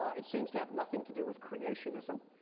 ah it seems to have nothing to do with creationism.